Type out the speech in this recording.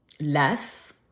less